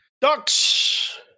Ducks